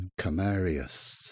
camarius